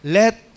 let